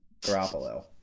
Garoppolo